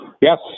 Yes